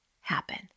happen